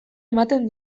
ematen